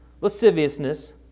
lasciviousness